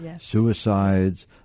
suicides